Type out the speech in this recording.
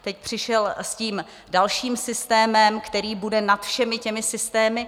Teď přišel s tím dalším systémem, který bude nad všemi těmi systémy.